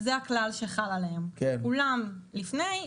זה הכלל שחל עליהם כולם לפני,